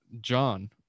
john